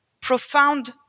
profound